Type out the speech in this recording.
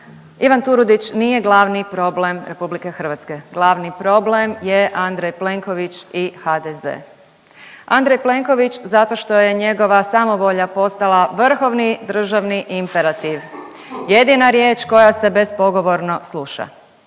Ivan Turudić nije glavni problem RH, glavni problem je Andrej Plenković i HDZ. Andrej Plenković zato što je njegova samovolja postala vrhovni državni imperativ, jedina riječ koja se bespogovorno sluša,